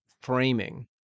framing